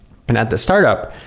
and at the startup,